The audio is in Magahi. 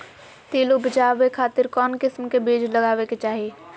तिल उबजाबे खातिर कौन किस्म के बीज लगावे के चाही?